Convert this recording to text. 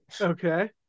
Okay